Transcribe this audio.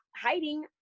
hiding